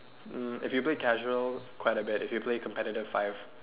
mm if you play casual quite a bit if you play competitive five